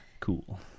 cool